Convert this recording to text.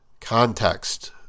context